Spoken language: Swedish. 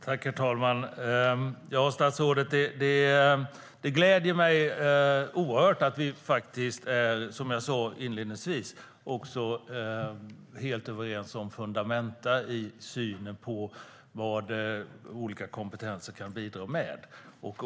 Herr talman! Det gläder mig oerhört, statsrådet, att vi är helt överens om det fundamentala i synen på vad olika kompetenser kan bidra med.